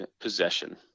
possession